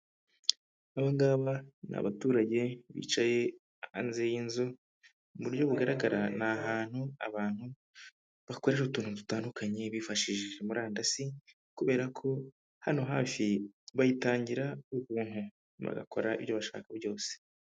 Aba ngaba ni abaturage bicaye hanze y'inzu, mu buryo bugaragara ni ahantu abantu bakorera utuntu dutandukanye bifashishije murandasi, kubera ko hano hafi bayitangira ubuntu bagakora ibyo bashaka byose.